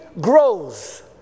grows